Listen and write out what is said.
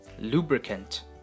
Lubricant